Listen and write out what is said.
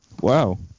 Wow